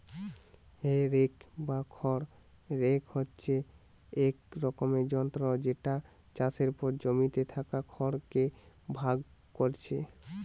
হে rake বা খড় rake হচ্ছে এক রকমের যন্ত্র যেটা চাষের পর জমিতে থাকা খড় কে ভাগ কোরছে